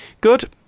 Good